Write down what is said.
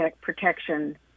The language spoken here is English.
protection